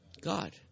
God